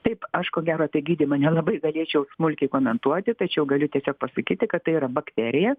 taip aš ko gero apie gydymą nelabai galėčiau smulkiai komentuoti tačiau galiu tiesiog pasakyti kad tai yra bakterija